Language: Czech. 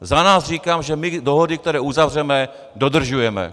Za nás říkám, že my dohody, které uzavřeme, dodržujeme.